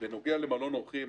בנוגע למלון אורחים,